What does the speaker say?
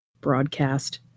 broadcast